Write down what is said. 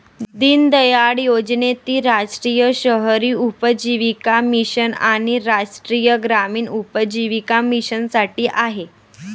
दीनदयाळ योजनेत ती राष्ट्रीय शहरी उपजीविका मिशन आणि राष्ट्रीय ग्रामीण उपजीविका मिशनसाठी आहे